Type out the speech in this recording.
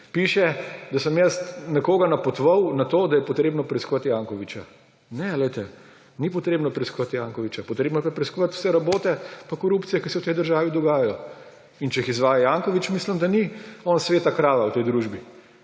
piše, da sem jaz nekoga napotoval na to, da je potrebno preiskovati Jankovića. Ne, poglejte, ni potrebno preiskovati Jankovića, potrebno je pa preiskovati vse rabote pa korupcije, ki se v tej državi dogajajo. In če jih izvaja Janković, mislim, da ni on sveta krava v tej družbi.